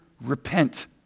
repent